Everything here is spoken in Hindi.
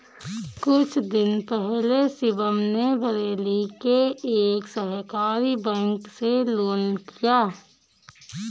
कुछ दिन पहले शिवम ने बरेली के एक सहकारी बैंक से लोन लिया